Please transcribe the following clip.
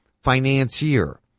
financier